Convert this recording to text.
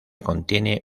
contiene